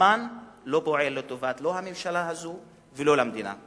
הזמן לא פועל לא לטובת הממשלה הזו ולא לטובת המדינה.